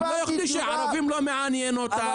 הם יכולים, שערבים לא מעניין אותם.